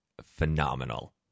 phenomenal